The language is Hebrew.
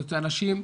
אנשים,